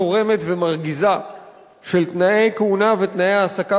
צורבת ומרגיזה של תנאי כהונה ותנאי העסקה